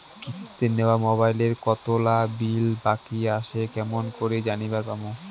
কিস্তিতে নেওয়া মোবাইলের কতোলা বিল বাকি আসে কেমন করি জানিবার পামু?